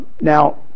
Now